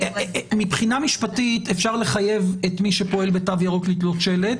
מבחינה משפטית אפשר לחייב את מי שפועל בתו ירוק לתלות שלט,